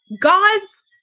God's